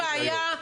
אין לי בעיה,